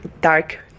dark